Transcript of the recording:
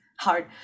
hard